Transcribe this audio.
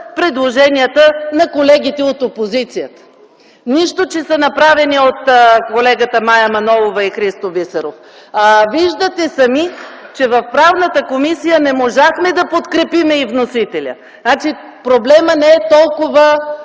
предложенията на колегите от опозицията – нищо, че са направени от колегите Мая Манолова и Христо Бисеров. Виждате сами, че в Комисията по правни въпроси не можахме да подкрепим и вносителя. Значи проблемът не е толкова